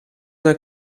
zijn